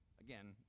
Again